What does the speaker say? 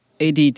ADD